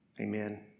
Amen